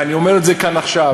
ואני אומר את זה כאן עכשיו.